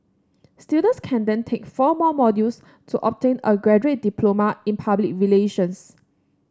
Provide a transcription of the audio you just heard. students can then take four more modules to obtain a graduate diploma in public relations